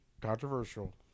controversial